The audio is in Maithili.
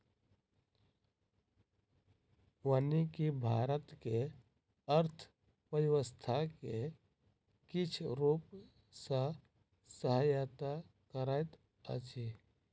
वानिकी भारत के अर्थव्यवस्था के किछ रूप सॅ सहायता करैत अछि